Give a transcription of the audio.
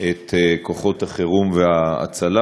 את כוחות החירום וההצלה,